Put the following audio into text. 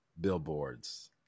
billboards